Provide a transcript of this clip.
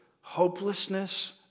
hopelessness